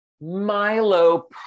Milo